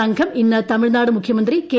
സംഘം ഇന്ന് തമിഴ്നാട് മുഖ്യമന്ത്രി കെ